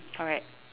correct